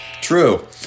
True